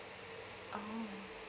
oh